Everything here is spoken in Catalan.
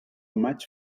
maig